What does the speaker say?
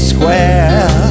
Square